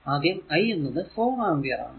ആദ്യം I എന്നത് 4 ampere ആണ്